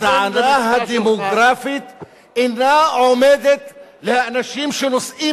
הטענה הדמוגרפית אינה עומדת לאנשים שנושאים